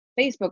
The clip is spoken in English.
Facebook